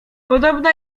podobna